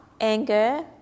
anger